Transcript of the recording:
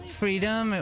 freedom